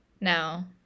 Now